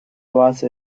base